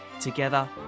Together